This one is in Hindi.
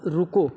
रुको